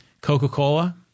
Coca-Cola